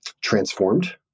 transformed